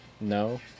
No